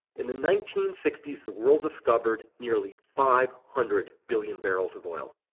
in the nineteen sixty s the world discovered nearly five hundred billion barrels of oil.